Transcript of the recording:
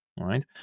right